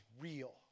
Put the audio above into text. real